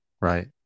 right